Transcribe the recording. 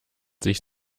sich